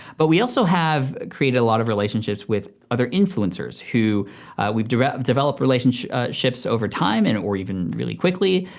but we also have created a lot of relationships with other influencers who we've developed developed relationships over time and or even really quickly,